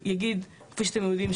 כפי שאתם יודעים,